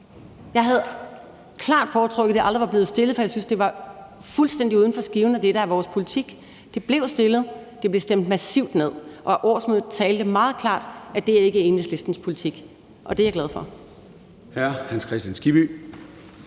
Jeg havde klart foretrukket, at det aldrig var blevet stillet, for jeg synes, at det var fuldstændig uden for skiven af det, der er vores politik. Det blev stillet, og det blev stemt massivt ned. Og årsmødet talte meget klart: Det er ikke Enhedslistens politik. Og det er jeg glad for.